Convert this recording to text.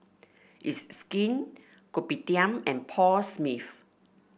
It's Skin Kopitiam and Paul Smith